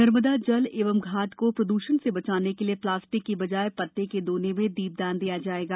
नर्मदा जल एवं घाट को प्रद्षण से बचाने के लिए प्लास्टिक की बजाए पत्ते के दोने में दीप दान किया जाएगा